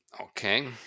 Okay